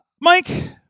Mike